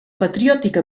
patriòtica